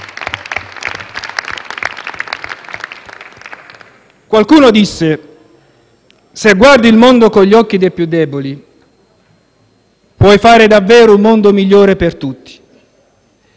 Qualcuno disse che «se guardi il mondo con gli occhi dei più deboli, puoi fare davvero un mondo migliore per tutti».